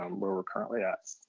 um where we're currently at.